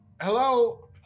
Hello